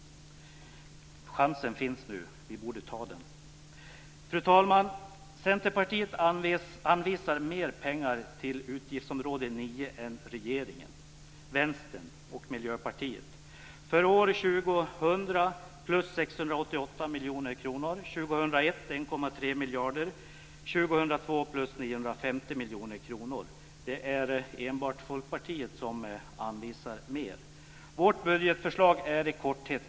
Chansen finns nu. Vi borde ta den. Fru talman! Centerpartiet anvisar mer pengar till utgiftsområde 9 än regeringen, Vänstern och Miljöpartiet. För år 2000 är det plus 668 miljoner kronor, för år 2001 är det plus 1,3 miljarder kronor och för år 2002 är det plus 950 miljoner kronor. Det är enbart Folkpartiet som anvisar mer. Jag ska redovisa vårt budgetförslag i korthet.